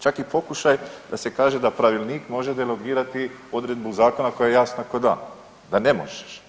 Čak i pokušaj da se kaže da Pravilnik može derogirati odredbu zakona koja je jasna ko' dan da ne možeš.